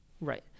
Right